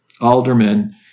aldermen